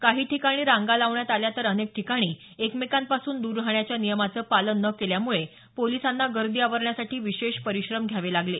काही ठिकाणी रांगा लावण्यात आल्या तर अनेक ठिकाणी एकमेकांपासून दर राहण्याच्या नियमाचं पालन न केल्यामुळे पोलिसांना गर्दी आवरण्यासाठी विशेष परिश्रम घ्यावे लागले